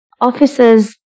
officers